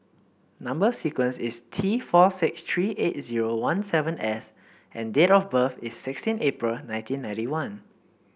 number sequence is T four six three eight zero one seven S and date of birth is sixteen April nineteen ninety one